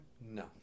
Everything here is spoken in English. No